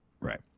Right